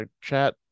chat